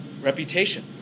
Reputation